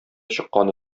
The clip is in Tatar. чыккан